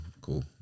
Cool